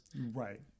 right